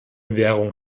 währung